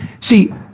See